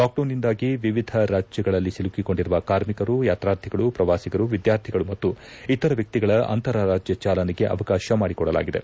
ಲಾಕ್ಡೌನ್ನಿಂದಾಗಿ ವಿವಿಧ ರಾಜ್ಯಗಳಲ್ಲಿ ಸಿಲುಕಿಕೊಂಡಿರುವ ಕಾರ್ಮಿಕರು ಯಾತ್ರಾತ್ರಿಗಳು ಪ್ರವಾಸಿಗರು ವಿದ್ಯಾರ್ಥಿಗಳು ಮತ್ತು ಇತರ ವ್ವಕ್ತಿಗಳ ಅಂತರರಾಜ್ಯ ಚಾಲನೆಗೆ ಅವಕಾಶ ಮಾಡಿಕೊಡಲಾಗಿದೆ